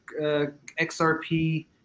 XRP